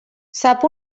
sap